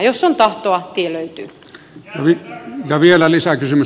jos on tahtoa tie löytyy